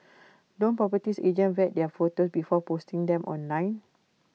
don't properties agent vet their photo before posting them online